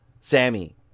Sammy